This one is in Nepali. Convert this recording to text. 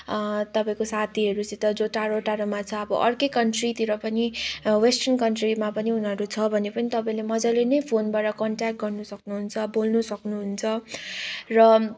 तपाईँको साथीहरूसित जो टाढो टाढोमा छ अब अर्कै कन्ट्रीतिर पनि वेस्टर्न कन्ट्रीमा पनि उनीहरू छ भने पनि तपाईँले मजाले नै फोनबाट कन्ट्याक गर्न सक्नुहुन्छ बोल्नु सक्नुहुन्छ र